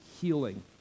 healing